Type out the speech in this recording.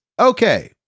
Okay